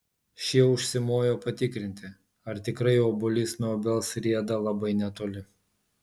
šie užsimojo patikrinti ar tikrai obuolys nuo obels rieda labai netoli